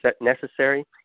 necessary